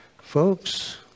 folks